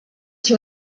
two